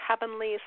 heavenly